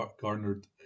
garnered